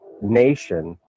nation